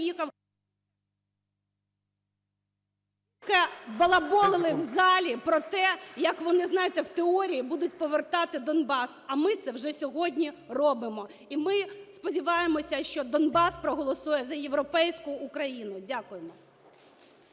балаболили в залі про те, як вони, знаєте, в теорії будуть повертати Донбас. А ми це вже сьогодні робимо. І ми сподіваємося, що Донбас проголосує за європейську Україну. Дякуємо.